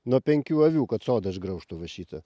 nuo penkių avių kad sodą išgraužtų va šitą